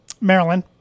Maryland